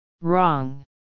Wrong